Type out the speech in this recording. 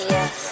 Yes